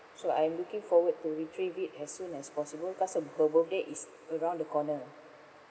so I'm looking forward to retrieve it as soon as possible because uh her birthday is around the corner